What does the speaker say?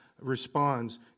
responds